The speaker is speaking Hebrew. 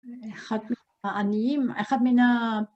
אחד מהעניים, אחד מן ה...